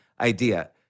idea